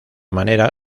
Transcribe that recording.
manera